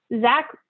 Zach